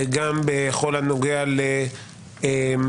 גם בכל הנוגע לסוגיית